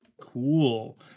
Cool